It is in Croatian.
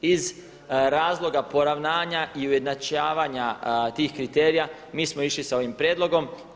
Iz razloga poravnanja i ujednačavanja tih kriterija mi smo išli s ovim prijedlogom.